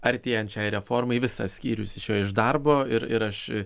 artėjant šiai reformai visas skyrius išėjo iš darbo ir ir aš